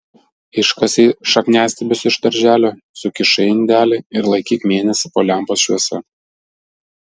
iškasei šakniastiebius iš darželio sukišai į indelį ir laikyk mėnesį po lempos šviesa